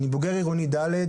אני בוגר עירוני ד',